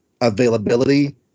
availability